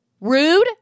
Rude